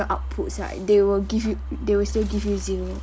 outputs right they will give you they will still give you zero